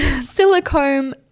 silicone